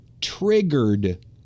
triggered